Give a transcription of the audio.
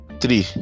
three